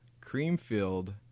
cream-filled